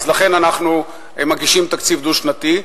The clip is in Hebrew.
ולכן אנחנו מגישים תקציב דו-שנתי.